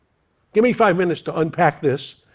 give me five minutes to unpack this,